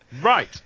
right